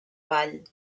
vall